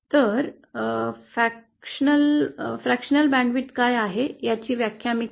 तर अंशतः बँडची रुंदी काय आहे याची व्याख्या मी करतो